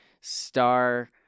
star